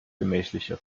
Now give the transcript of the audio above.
gemächlicher